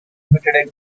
documented